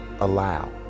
allow